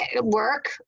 work